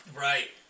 Right